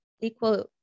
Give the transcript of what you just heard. equal